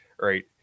right